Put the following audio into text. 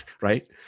right